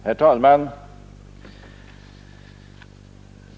Herr talman!